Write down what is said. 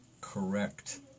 correct